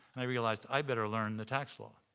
i realized i better learn the tax law.